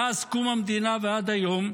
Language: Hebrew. מאז קום המדינה ועד היום,